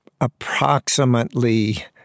approximately